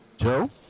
Joe